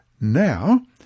now